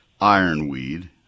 ironweed